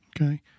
Okay